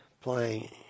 playing